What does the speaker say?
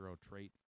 trait